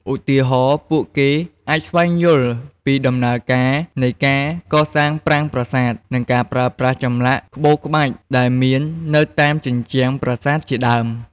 ឧទាហរណ៍ ពួកគេអាចស្វែងយល់ពីដំណើរការនៃការកសាងប្រាង្គប្រាសាទ និងការប្រើប្រាស់ចម្លាក់ក្បូរក្បាច់ដែលមាននៅតាមជញ្ជាំងប្រាសាទជាដើម។